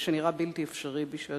שנראה בלתי אפשרי בשעתו,